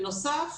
בנוסף,